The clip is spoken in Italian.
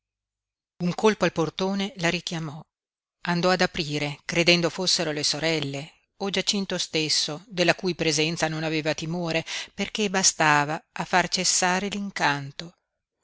un colpo al portone la richiamò andò ad aprire credendo fossero le sorelle o giacinto stesso della cui presenza non aveva timore perché bastava a far cessare